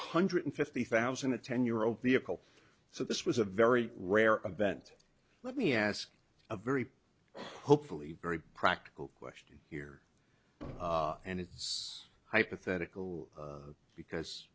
hundred fifty thousand a ten year old vehicle so this was a very rare event let me ask a very hopefully very practical question here and it's hypothetical because